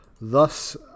thus